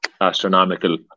astronomical